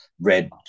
red